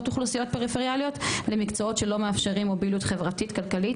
אוכלוסיות פריפריאליות למקצועות שלא מאפשרים מוביליות כלכלית חברתית.